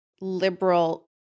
liberal